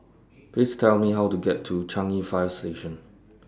Please Tell Me How to get to Changi Fire Station